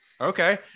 okay